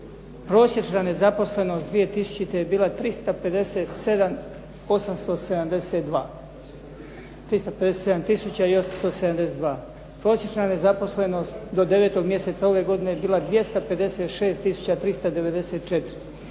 Prosječna nezaposlenost 2000. je bila 357 872, 357 tisuća i 872. Prosječna nezaposlenost do 9. mjeseca ove godine bila je 256